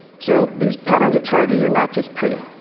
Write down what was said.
so these patterns of charges are not just pretty.